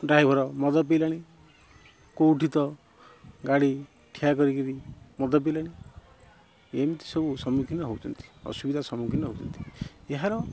driver ମଦ ପିଇଲାଣି କେଉଁଠି ତ ଗାଡ଼ି ଠିଆ କରିକରି ମଦ ପିଇଲାଣି ଏମିତି ସବୁ ସମ୍ମୁଖୀନ ହେଉଛନ୍ତି ଅସୁବିଧା ସମ୍ମୁଖୀନ ହେଉଛନ୍ତି ଏହାର